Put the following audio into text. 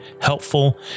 helpful